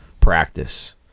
practice